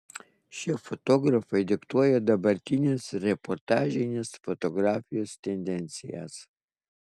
šie fotografai diktuoja dabartinės reportažinės fotografijos tendencijas